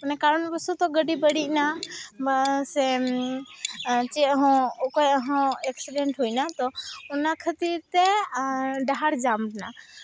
ᱢᱟᱱᱮ ᱠᱟᱨᱚᱱ ᱵᱚᱥᱚᱛᱚ ᱜᱟᱹᱰᱤ ᱵᱟᱹᱲᱤᱡ ᱮᱱᱟ ᱵᱟ ᱥᱮ ᱪᱮᱫ ᱦᱚᱸ ᱚᱠᱚᱭᱟᱜ ᱦᱚᱸ ᱮᱠᱥᱤᱰᱮᱱᱴ ᱦᱩᱭ ᱱᱟ ᱚᱱᱟ ᱠᱷᱟᱹᱛᱤᱨ ᱛᱮ ᱟᱨ ᱰᱟᱦᱟᱨ ᱡᱟᱢ ᱢᱮᱱᱟᱜᱼᱟ